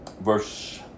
Verse